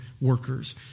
workers